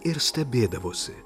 ir stebėdavosi